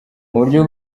buryo